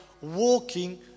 walking